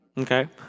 Okay